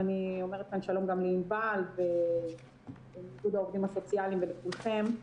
ואני אומרת כאן שלום גם לענבל מאיגוד העובדים הסוציאליים ולכולכם.